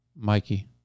Mikey